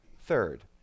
Third